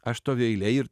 aš stoviu eilėj ir